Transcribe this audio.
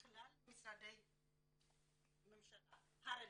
לכלל משרדי הממשלה הרלבנטיים,